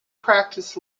practiced